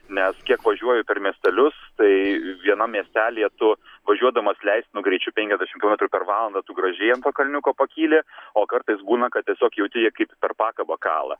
nes kiek važiuoju per miestelius tai vienam miestelyje tu važiuodamas leistinu greičiu penkiasdešimt kilometrų per valandą tu gražiai ant to kalniuko pakyli o kartais būna kad tiesiog jauti jie kaip per pakabą kala